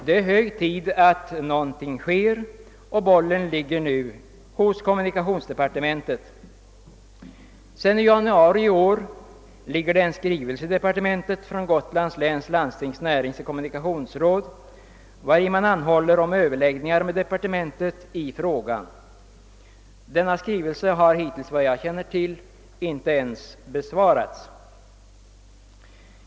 Det är hög tid att någonting sker. Bollen är nu hos kommunikationsdepartementet. Sedan i januari i år ligger en skrivelse i departementet från Gotlands läns landstings näringsoch kommunikationsråd, vari man anhåller om överläggningar med departementet i frågan. Denna skrivelse har hittills såvitt jag känner till inte ens besvarats.